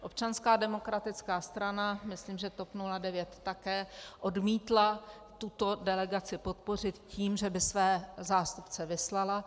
Občanská demokratická strana, myslím, že TOP 09 také, odmítla tuto delegaci podpořit tím, že by své zástupce vyslala.